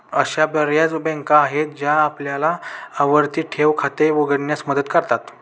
अशा बर्याच बँका आहेत ज्या आपल्याला आवर्ती ठेव खाते उघडण्यास मदत करतात